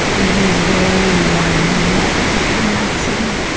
and he's very warm and loving and that's, um